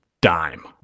dime